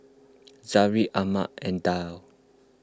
Zamrud Ahmad and Dhia